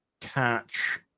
catch